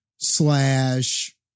slash